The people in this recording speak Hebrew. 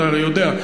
אתה הרי יודע,